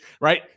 right